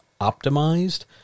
optimized